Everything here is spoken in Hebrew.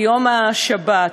ביום השבת.